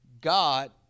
God